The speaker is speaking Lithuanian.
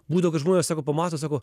būdavo kad žmonės sako pamato sako